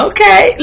Okay